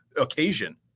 occasion